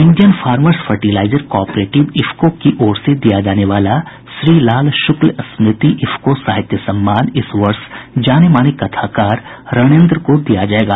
Indian farmers fertiliser cooperative IFFCO की ओर से दिया जाने वाला श्री लाल शुक्ल स्मृति इफको साहित्य सम्मान इस वर्ष जानेमाने कथाकार रणेन्द्र को दिया जायेगा